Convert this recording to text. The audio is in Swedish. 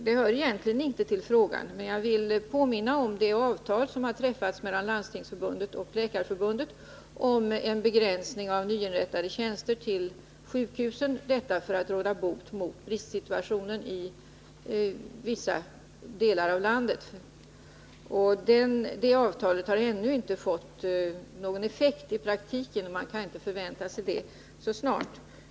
Det hör egentligen inte till frågan, men jag vill påminna om det avtal som har träffats mellan Landstingsförbundet och Läkarförbundet om en begränsning av nyinrättade tjänster till sjukhusen, detta för att råda bot på bristsituationen i vissa delar av landet. Detta avtal har i praktiken ännu inte fått någon effekt. Man kan inte förvänta sig en sådan så snart.